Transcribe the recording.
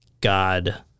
God